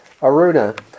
Aruna